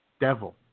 devil